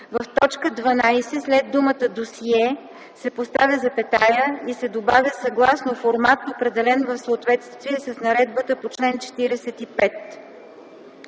в т. 12 след думата „досие” се поставя запетая и се добавя „съгласно формат, определен в съответствие с наредбата по чл. 45.